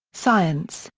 science,